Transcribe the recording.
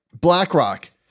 BlackRock